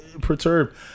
perturbed